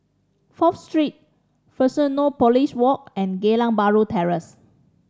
Fourth Street Fusionopolis Walk and Geylang Bahru Terrace